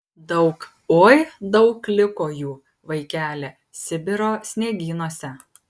daug oi daug liko jų vaikeli sibiro sniegynuose